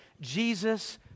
Jesus